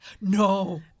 No